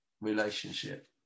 relationship